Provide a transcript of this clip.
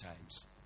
times